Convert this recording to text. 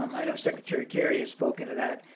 um i know secretary kerry has spoken to that,